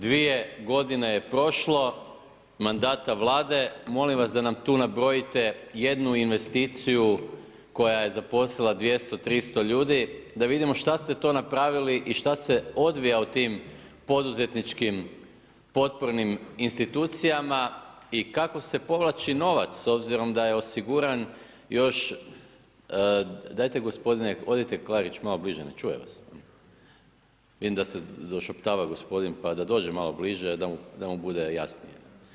Gospodine Antonić, 2 g. je prošlo mandata Vlade, molim vas da nam tu nabrojite jednu investiciju koja je zaposlila 200, 300 ljudi, da vidimo šta ste to napravili i šta se odvija u tim poduzetničkim potpornim institucijama i kao se povlači novac s obzirom da je osiguran još, dajte gospodine, odite Klarić malo bliže ne čuje vas, vidim da se došaptava gospodin, pa da dođe malo bliže da bude jasnije.